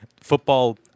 Football